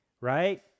right